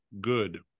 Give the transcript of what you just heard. good